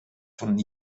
von